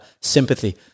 sympathy